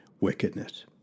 wickedness